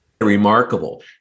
remarkable